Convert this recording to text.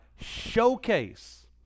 showcase